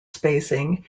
spacing